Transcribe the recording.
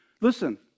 Listen